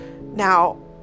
Now